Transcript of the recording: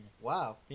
Wow